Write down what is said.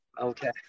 Okay